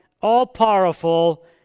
all-powerful